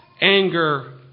anger